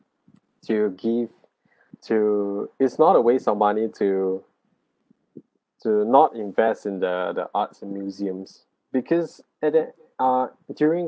to give to is not a waste of money to to not invest in the the arts and museums because at the ah during